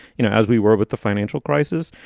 you know, as we were with the financial crisis.